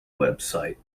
website